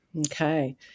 okay